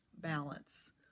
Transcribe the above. balance